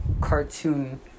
cartoon